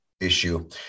issue